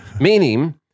Meaning